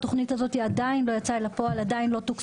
התוכנית הזאת עדיין לא יצאה אל הפועל,